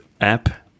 app